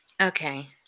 Okay